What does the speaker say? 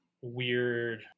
weird